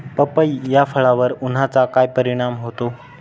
पपई या फळावर उन्हाचा काय परिणाम होतो?